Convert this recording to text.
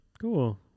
Cool